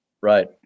right